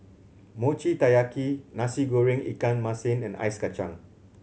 Mochi Taiyaki Nasi Goreng ikan masin and ice kacang